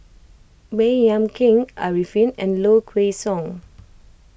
Baey Yam Keng Arifin and Low Kway Song